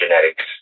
genetics